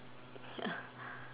ya